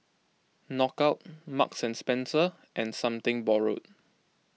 Knockout Marks and Spencer and Something Borrowed